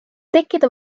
tekkida